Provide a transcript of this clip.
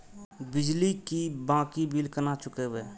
बिजली की बाकी बील केना चूकेबे?